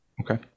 Okay